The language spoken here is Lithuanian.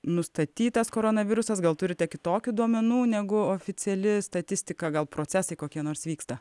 nustatytas koronavirusas gal turite kitokių duomenų negu oficiali statistika gal procesai kokie nors vyksta